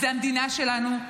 זו המדינה שלנו,